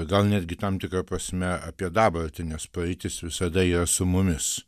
gal netgi tam tikra prasme apie dabartį nes praeitis visada yra su mumis